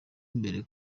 imbere